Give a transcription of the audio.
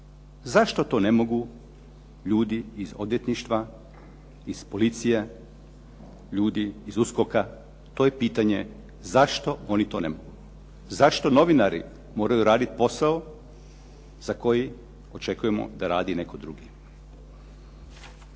zašto to ne mogu ljudi iz odvjetništva, iz policije, ljudi iz USKOK-a, to je pitanje zašto oni to ne mogu. Zašto novinari moraju raditi posao za koji očekujemo da radi netko drugi?".